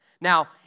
Now